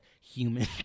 human